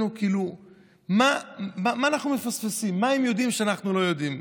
שאנחנו רואים כאן זה פשוט דריסה ברגל גסה.